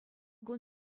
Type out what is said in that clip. кун